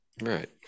Right